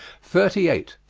thirty eight.